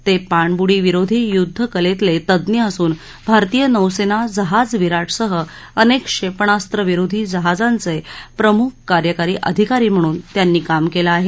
ते पाणबुडीविरोधी युद्ध् कलेतले तज्ञ असून भारतीय नौसेना जहाज विराटसह अनेक क्षेपणास्रविरोधी जहांजाचे प्रमुख कार्यकारी अधिकारी म्हणून त्यांनी काम केलं आहे